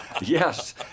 yes